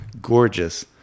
gorgeous